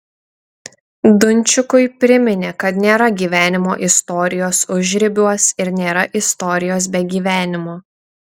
dunčikui priminė kad nėra gyvenimo istorijos užribiuos ir nėra istorijos be gyvenimo